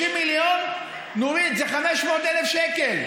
30 מיליון, נורית, זה 500,000 שקל.